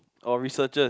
or researchers